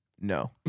No